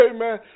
Amen